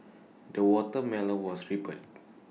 the watermelon was ripened